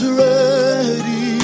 ready